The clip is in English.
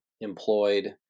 employed